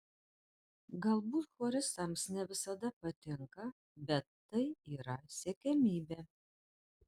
galbūt choristams ne visada patinka bet tai yra siekiamybė